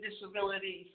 disabilities